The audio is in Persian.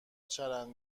چرند